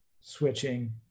switching